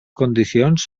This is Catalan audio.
condicions